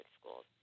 schools